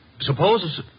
suppose